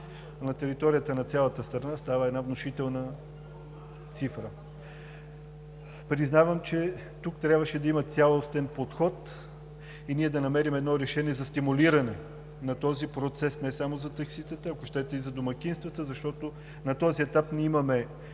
На територията на цялата страна става една внушителна цифра. Признавам, че тук трябваше да има цялостен подход и ние да намерим решение за стимулиране на този процес, не само за такситата, а, ако щете, за домакинствата. Защото на този етап ние имаме,